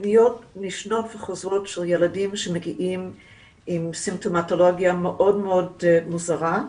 פניות נשנות וחוזרות של ילדים שמגיעים עם סימפתולוגיה מאוד מאוד מוזרה,